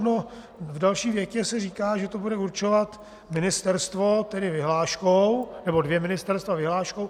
No, v další větě se říká, že to bude určovat ministerstvo vyhláškou, nebo dvě ministerstva vyhláškou.